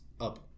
up